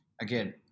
again